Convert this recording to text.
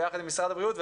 ביחד עם משרד הבריאות,